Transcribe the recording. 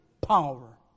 power